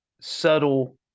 subtle